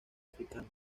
africano